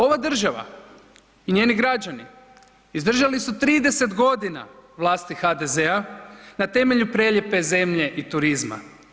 Ova država i njeni građani izdržali su 30 godina vlasti HDZ-a na temelju prelijepe zemlje i turizma.